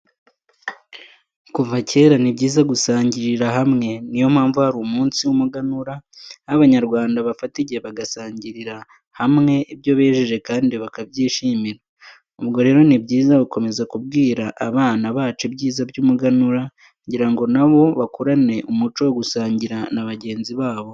Kuva kera, ni byiza gusangiriria hamwe. Niyo mpamvu hari umunsi w'umuganura, aho Abanyarwanda bafata igihe bagasangirira hamwe ibyo bejeje kandi bakabyishimira. Ubwo rero ni byiza gukomeza kubwira abana bacu ibyiza by'umuganura kugira ngo na bo bakurane umuco wo gusangira na bangenzi babo.